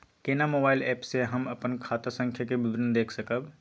केना mobile app से हम अपन खाता संख्या के विवरण देख सकब?